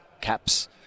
caps